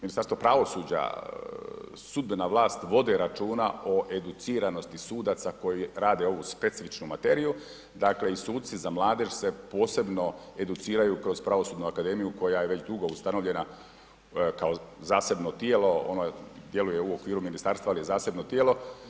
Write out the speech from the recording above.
Ministarstvo pravosuđa , sudbena vlast vode računa o educiranosti sudaca koji rade ovu specifičnu materiju, dakle i suci za mladež se posebno educiraju kroz Pravosudnu akademiju koja je već dugo ustanovljena kao zasebno tijelo, ono djeluje u okviru ministarstva, ali je zasebno tijelo.